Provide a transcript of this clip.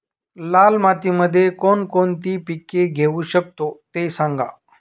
लाल मातीमध्ये कोणकोणती पिके घेऊ शकतो, ते सांगा